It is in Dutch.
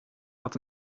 had